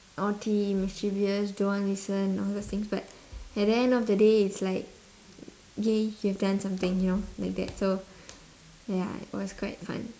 naughty mischievous don't want listen all those things but at the end of the day it's like K you've done something you know like that so ya it was quite fun